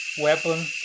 weapon